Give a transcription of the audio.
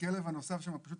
הכלב הנוסף פשוט